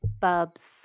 bubs